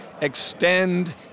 extend